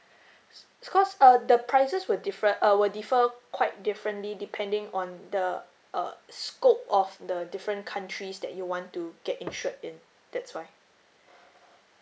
s~ it's cause uh the prices were different uh will differ quite differently depending on the uh scope of the different countries that you want to get insured in that's why